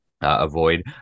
avoid